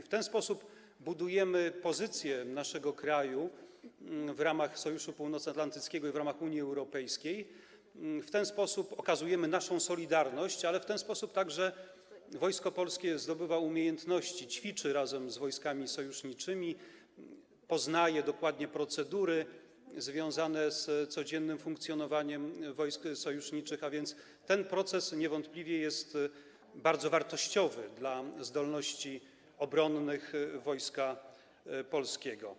W ten sposób budujemy pozycję naszego kraju w ramach Sojuszu Północnoatlantyckiego i w ramach Unii Europejskiej, w ten sposób okazujemy naszą solidarność, ale w ten sposób także Wojsko Polskie zdobywa umiejętności, ćwiczy razem z wojskami sojuszniczymi, poznaje dokładnie procedury związane z codziennym funkcjonowaniem wojsk sojuszniczych, a więc ten proces niewątpliwie jest bardzo wartościowy dla zdolności obronnych Wojska Polskiego.